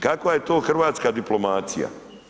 Kakva je to hrvatska diplomacija?